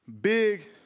big